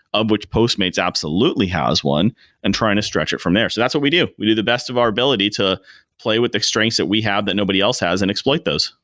which postmates absolutely has one and trying to stretch it from there. so that's what we do. we do the best of our ability to play with the strengths that we have that nobody else has and exploit those.